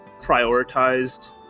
prioritized